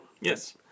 Yes